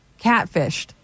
catfished